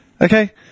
Okay